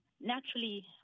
Naturally